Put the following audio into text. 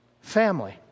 Family